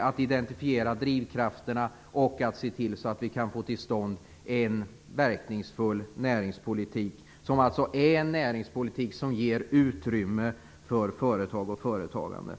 att identifiera drivkrafterna och att se till att vi kan få till stånd en verkningsfull näringspolitik, en näringspolitik som ger utrymme för företag och företagande.